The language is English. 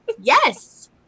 Yes